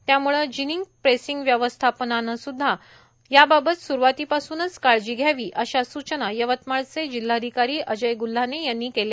त्याम्ळे ginning pressing व्यवस्थापनानेस्ध्दा याबाबत स्रवातीपासूनच काळजी घ्यावी अशा स्चना यवतमाळचे जिल्हाधिकारी अजय ग्ल्हाने यांनी केल्या